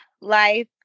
life